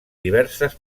diverses